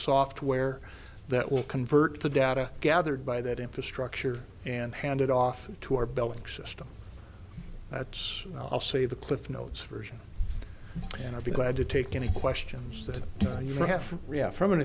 software that will convert the data gathered by that infrastructure and handed off to our billing system that's i'll say the cliff notes version and i'll be glad to take any questions that you have from riyadh from an